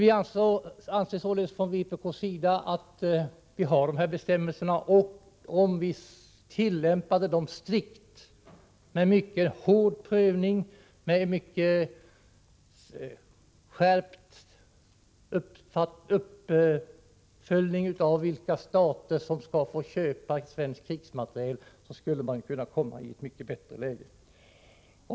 Vpk anser att vi skulle komma i ett mycket bättre läge om vi tillämpade de gällande bestämmelserna strikt, med en mycket hård prövning och en skärpt uppföljning av vilka stater som skall få köpa svensk krigsmateriel.